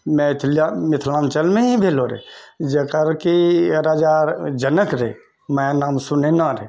मैथिली या मिथिलाञ्चलमे ही भेलौ रहए जकर कि राजा जनक रहै माइ नाम सुनैना रहै